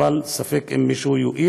אבל ספק אם מישהו יואיל